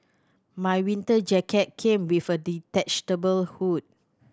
my winter jacket came with a detachable hood